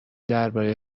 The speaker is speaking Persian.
دربارهی